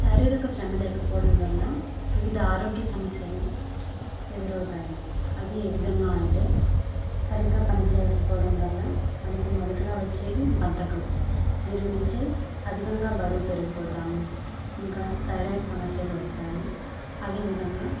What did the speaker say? శారీరక శ్రమ లేకపోవడం వల్ల వివిధ ఆరోగ్య సమస్యలు ఎదురవుతాయి అది ఏ విధంగా అంటే సరిగ్గా పనిచేయకపోవడం వల్ల మనకి మొదటిగా వచ్చేది బధకం దీని నుంచే అధికంగా బరువు పెరిగిపోతాము ఇంకా థైరాయిడ్ సమస్యలు వస్తాయి అదేవిధంగా